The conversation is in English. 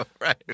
Right